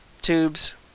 tubes